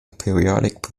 periodic